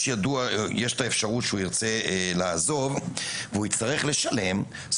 יש את האפשרות שהוא ירצה לעזוב והוא יצטרך לשלם אז